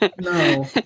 No